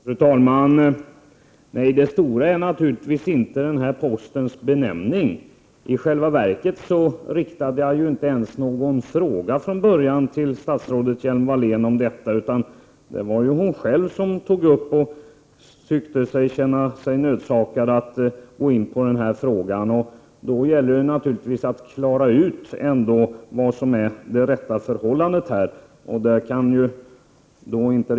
Fru talman! Nej, den stora frågan är naturligtvis inte denna posts benämning. I själva verket riktade jag till en början inte heller någon fråga till Lena Hjelm-Wallén om detta, utan det var hon själv som tyckte sig vara nödsakad att gå in på den, och då gäller det att klara ut hur det verkligen förhåller sig på den punkten.